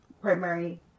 primary